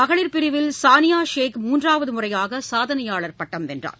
மகளிர் பிரிவில் சானியா ஷேக் மூன்றாவது முறையாக சாதனையாளர் பட்டம் வென்றார்